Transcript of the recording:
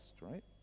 right